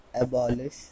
abolish